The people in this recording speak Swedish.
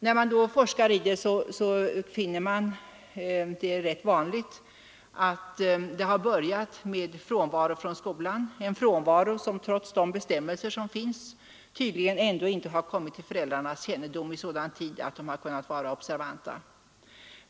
När man forskar i sådana har fall finner man att det är rätt vanligt att det hela har börjat med frånvaro från skolan — en frånvaro som trots de bestämmelser som finns tydligen inte har kommit till föräldrarnas kännedom i sådan tid att de har kunnat vara observanta.